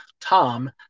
Tom